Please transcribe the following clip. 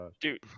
Dude